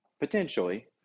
potentially